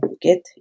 get